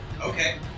Okay